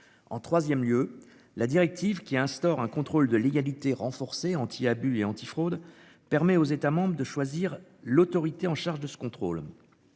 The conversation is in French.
En 3ème lieu, la directive qui instaure un contrôle de légalité. Anti-abus et anti-fraude permet aux États membres de choisir l'autorité en charge de ce contrôle.